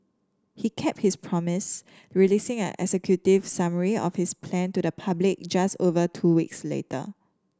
he kept his promise releasing an executive summary of his plan to the public just over two weeks later